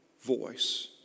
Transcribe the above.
voice